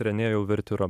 renė uvertiūra